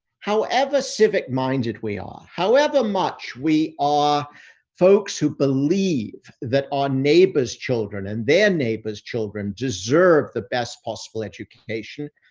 however civic minded we are, however, much we are folks who believe that our neighbor's children and their neighbor's children deserve the best possible education.